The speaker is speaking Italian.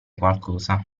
qualcosa